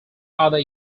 other